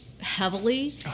heavily